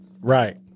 Right